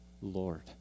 Lord